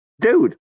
dude